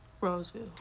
Roseville